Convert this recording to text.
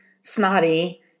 snotty